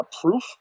proof